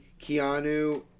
Keanu